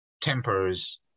tempers